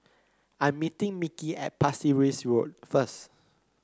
I'm meeting Mickey at Pasir Ris Road first